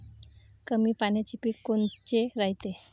कमी पाण्याचे पीक कोनचे रायते?